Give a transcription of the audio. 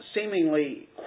seemingly